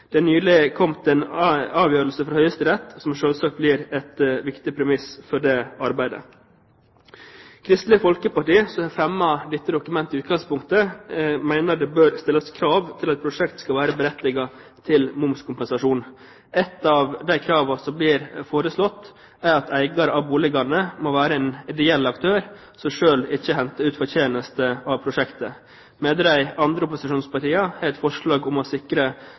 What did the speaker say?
Det er nylig kommet en avgjørelse fra Høyesterett, som selvsagt blir et viktig premiss for det arbeidet. Kristelig Folkeparti, som fremmet dette dokumentet i utgangspunktet, mener det bør stilles krav til at prosjekter skal være berettiget til momskompensasjon. Ett av de kravene som blir foreslått, er at eier av boligene må være en ideell aktør som selv ikke henter ut fortjeneste av prosjektet, mens de andre opposisjonspartiene har et forslag om å sikre